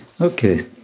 Okay